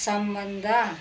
सम्बन्ध